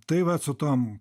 tai vat su tom